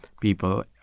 people